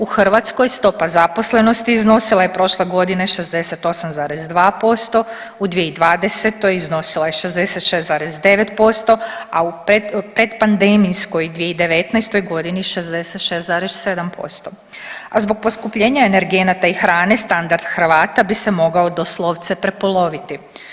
U Hrvatskoj stopa zaposlenosti iznosila je prošle godine 68,2%, u 2020. iznosila je 66,9%, a u predpandemijskoj 2019.g. 66,7%, a zbog poskupljenja energenata i hrane standard Hrvata bi se mogao doslovce prepoloviti.